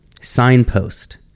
signpost